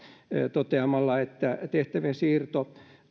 toteamalla että tehtävien siirto